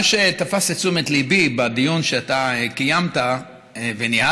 מה שתפס את תשומת ליבי בדיון שאתה קיימת וניהלת